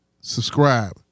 subscribe